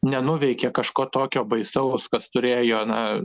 nenuveikė kažko tokio baisaus kas turėjo na